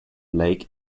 lake